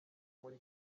muri